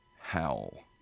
howl